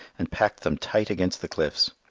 and packed them tight against the cliffs.